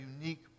unique